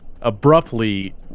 abruptly